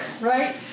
right